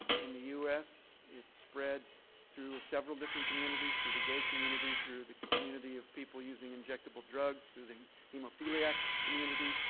in the u s, it spread through several different communities, through the gay community, through the community of people using injectable drugs, through the hemophiliac community,